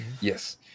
Yes